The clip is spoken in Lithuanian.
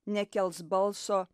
nekels balso